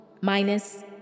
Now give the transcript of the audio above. minus